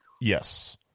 Yes